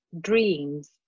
dreams